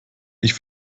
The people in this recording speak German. ich